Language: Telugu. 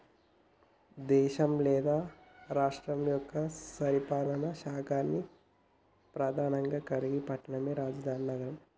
దేశం లేదా రాష్ట్రం యొక్క పరిపాలనా శాఖల్ని ప్రెధానంగా కలిగిన పట్టణమే రాజధాని నగరం